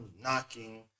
knocking